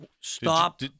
Stop